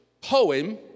poem